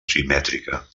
simètrica